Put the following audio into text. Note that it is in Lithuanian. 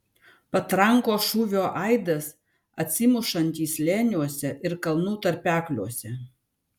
patrankos šūvio aidas atsimušantis slėniuose ir kalnų tarpekliuose